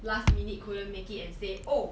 last minute couldn't make it and say oh